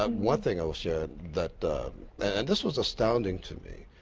um one thing i will share, that and this was astounding to me,